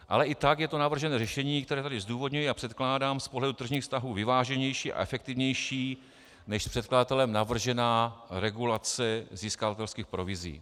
Ale i tak je to navržené řešení, které tady zdůvodňuji a předkládám z pohledu tržních vztahů vyváženější a efektivnější než předkladatelem navržená regulace získatelských provizí.